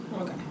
Okay